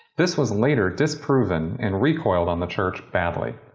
this was later disproven and recoiled on the church badly